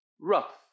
rough